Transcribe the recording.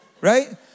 right